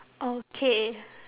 okay